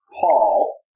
Paul